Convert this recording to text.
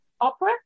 opera